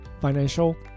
financial